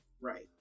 Right